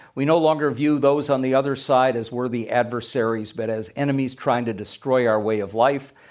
we no longer view those on the other side as worthy adversaries, but as enemies trying to destroy our way of life.